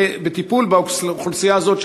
בטיפול באוכלוסייה הזאת,